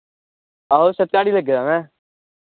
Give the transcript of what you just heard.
आहो सर ध्याड़ी लग्गे दा मैं